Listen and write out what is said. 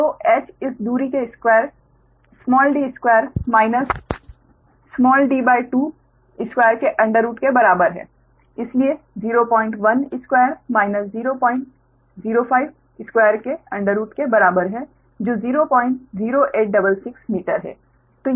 तो h इस दूरी के स्कवेर d2 माइनस d22 के अंडररूट के बराबर है इसलिए 012 माइनस 0052 के अंडररूट के बराबर है जो 00866 मीटर है